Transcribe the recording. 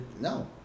no